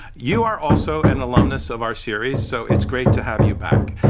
you are also an alumnus of our series, so it's great to have you back.